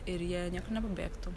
ir jie niekur nepabėgtų